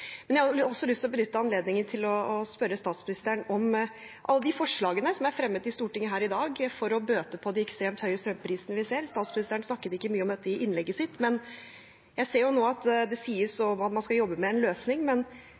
Jeg har også lyst til å benytte anledningen til å spørre statsministeren om alle de forslagene som er fremmet i Stortinget her i dag for å bøte på de ekstremt høye strømprisene vi ser. Statsministeren snakket ikke mye om dette i innlegget sitt. Jeg ser jo nå – og det sies – at man skal jobbe med en løsning. Men